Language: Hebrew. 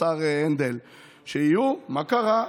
כבוד השר הנדל, שיהיו, מה קרה?